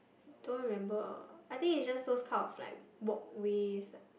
don't remember uh I think is just those kind of like walkways like